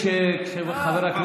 נא לשבת.